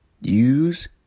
use